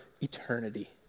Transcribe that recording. eternity